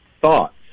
Thoughts